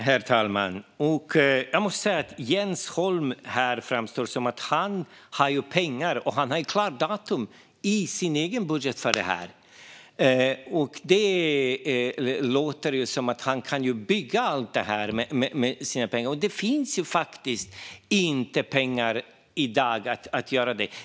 Herr talman! Det framstår här som att Jens Holm har pengar och klara datum i sin egen budget. Det låter som att han kan bygga allt detta med sina pengar. Det finns faktiskt inte pengar i dag att göra det.